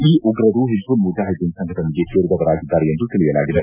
ಈ ಉಗ್ರರು ಒಜ್ಜಲ್ ಮುಜಾಹಿದ್ದೀನ್ ಸಂಘಟನೆಗೆ ಸೇರಿದವರಾಗಿದ್ದಾರೆ ಎಂದು ತಿಳಿಯಲಾಗಿದೆ